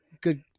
good